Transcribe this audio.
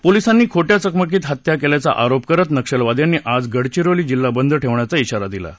पोलिसांनी खोट्या चकमकीत हत्या केल्याचा आरोप करत नक्षलवाद्यांनी आज गडचिरोली जिल्हा बंद ठेवण्याचा आरा दिला आहे